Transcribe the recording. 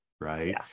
right